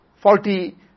faulty